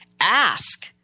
Ask